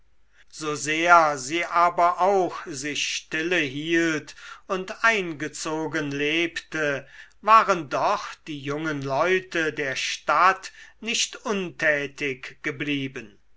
erneuerte sosehr sie aber auch sich stille hielt und eingezogen lebte waren doch die jungen leute der stadt nicht untätig geblieben